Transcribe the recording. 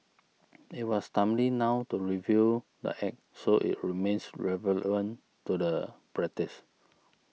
it was timely now to review the Act so it remains relevant to the practice